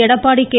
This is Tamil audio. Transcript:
எடப்பாடி கே